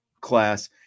class